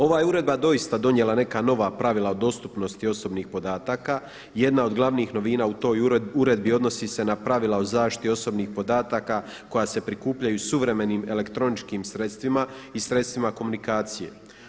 Ova je uredba doista donijela neka nova pravila o dostupnosti osobnih podataka, jedna od glavnih novina u toj uredbi odnosi se na pravila o zaštiti osobnih podataka koja se prikupljaju suvremenim elektroničkim sredstvima i sredstvima komunikacije.